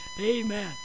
Amen